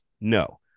No